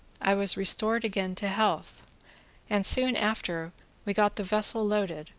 i was restored again to health and soon after we got the vessel loaded,